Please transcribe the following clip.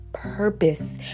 Purpose